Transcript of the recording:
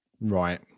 right